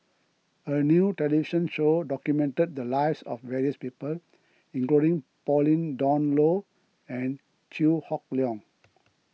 a new television show documented the lives of various people including Pauline Dawn Loh and Chew Hock Leong